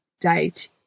date